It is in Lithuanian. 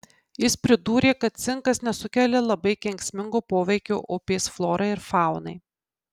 jis pridūrė kad cinkas nesukelia labai kenksmingo poveikio upės florai ir faunai